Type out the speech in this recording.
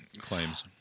claims